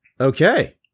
okay